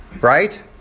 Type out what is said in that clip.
right